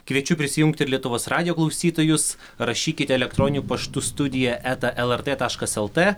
kviečiu prisijungt ir lietuvos radijo klausytojus rašykite elektroniniu paštu studija eta lrt taškas lt